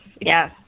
yes